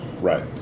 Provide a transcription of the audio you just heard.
right